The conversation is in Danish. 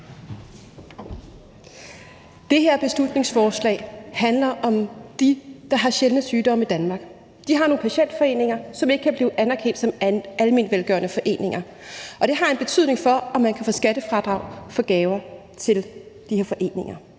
Det her beslutningsforslag handler om dem, der har sjældne sygdomme, i Danmark. De har nogle patientforeninger, som ikke kan blive anerkendt som almenvelgørende foreninger, og det har en betydning for, om man kan få skattefradrag for gaver til de her foreninger.